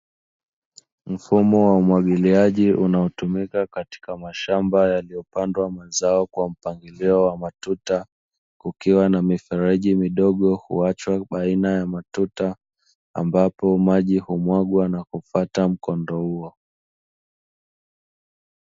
Mfumo wa umwagiliaji unaotumika katika mashamba yaliyopandwa mazao kwa mpangilio wa matuta, kukiwa na mifereji midogo huachwa baina ya matuta, ambapo maji humwagwa na kufuata mkondo huo.